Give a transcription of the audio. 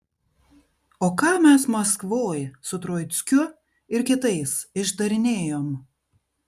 o ką mes maskvoj su troickiu ir kitais išdarinėjom